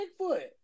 Bigfoot